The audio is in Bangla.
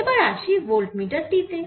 এবার আসি ভোল্ট মিটার টি তে